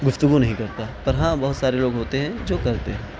گفتگو نہیں کرتا پر ہاں بہت سارے لوگ ہوتے ہیں جو کرتے ہیں